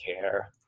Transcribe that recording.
care